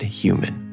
human